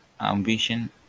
ambition